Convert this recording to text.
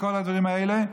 וכל הדברים האלה,